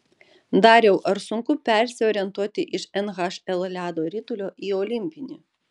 dariau ar sunku persiorientuoti iš nhl ledo ritulio į olimpinį